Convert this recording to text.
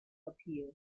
appeal